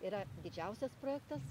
yra didžiausias projektas